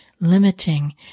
limiting